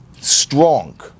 strong